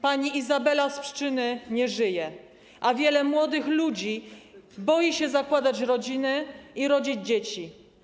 Pani Izabela z Pszczyny nie żyje, a wiele młodych ludzi boi się zakładać rodziny i rodzić dzieci.